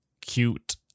cute